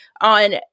on